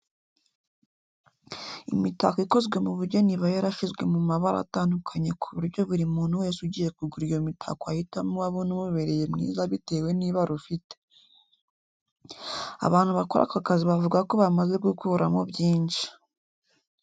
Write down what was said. Imitako ikozwe mu bugeni iba yarashyizwe mu mabara atandukanye ku buryo buri muntu wese ugiye kugura iyo mitako ahitamo uwo abona umubereye mwiza bitewe n'ibara ufite. Abantu bakora aka kazi bavuga ko bamaze gukuramo byinshi.